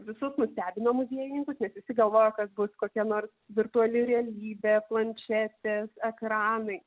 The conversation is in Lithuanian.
visus nustebino muziejininkus nes visi galvojo kad bus kokie nors virtuali realybė planšetės ekranai